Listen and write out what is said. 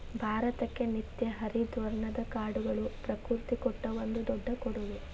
ಭಾರತಕ್ಕೆ ನಿತ್ಯ ಹರಿದ್ವರ್ಣದ ಕಾಡುಗಳು ಪ್ರಕೃತಿ ಕೊಟ್ಟ ಒಂದು ದೊಡ್ಡ ಕೊಡುಗೆ